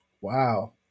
Wow